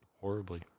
horribly